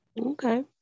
Okay